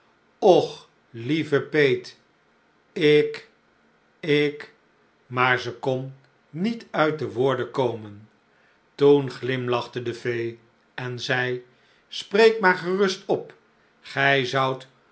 och lieve peet ik ik maar ze kon niet uit de woorden komen toen glimlachte de fee en zei spreek maar gerust op gij zoudt